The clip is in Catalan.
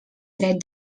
dret